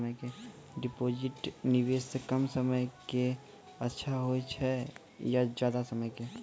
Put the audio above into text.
Deposit निवेश कम समय के के अच्छा होय छै ज्यादा समय के?